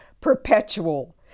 perpetual